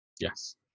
Yes